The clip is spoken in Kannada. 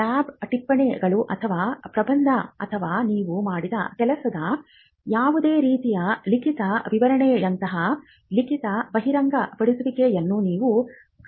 ಲ್ಯಾಬ್ ಟಿಪ್ಪಣಿಗಳು ಅಥವಾ ಪ್ರಬಂಧ ಅಥವಾ ನೀವು ಮಾಡಿದ ಕೆಲಸದ ಯಾವುದೇ ರೀತಿಯ ಲಿಖಿತ ವಿವರಣೆಯಂತಹ ಲಿಖಿತ ಬಹಿರಂಗಪಡಿಸುವಿಕೆಗಳನ್ನು ನೀವು ಕಾಣಬಹುದು